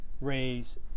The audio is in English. raise